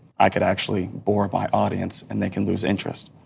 i could actually bore my audience and they can lose interest.